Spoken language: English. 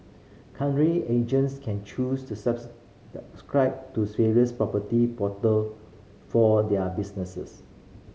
currently agents can choose to subscribe to various property portal for their businesses